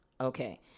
Okay